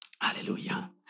Hallelujah